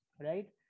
right